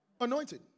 Anointed